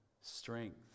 strength